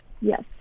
Yes